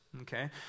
okay